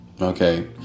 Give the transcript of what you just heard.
Okay